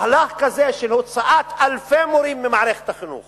מהלך כזה של הוצאת אלפי מורים ממערכת החינוך